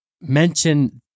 mention